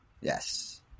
Yes